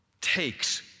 takes